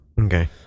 Okay